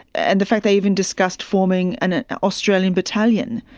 and the fact they even discussed forming an australian battalion,